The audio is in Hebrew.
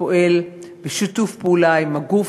הפועל בשיתוף פעולה עם הגוף,